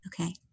Okay